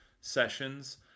sessions